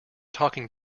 talking